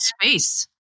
space